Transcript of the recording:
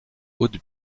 haute